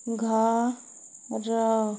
ଘର